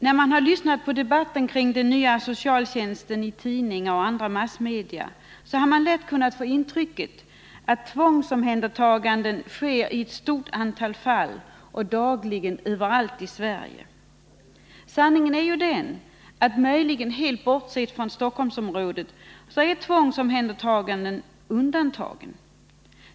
När man har följt debatten kring den nya socialtjänsten i tidningar och andra massmedia har man lätt kunnat få intrycket att tvångsomhändertaganden sker i ett stort antal fall och dagligen överallt i Sverige. Sanningen är emellertid den att tvångsomhändertaganden — möjligen helt bortsett från Stockholmsområdet — är undantag.